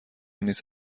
نیست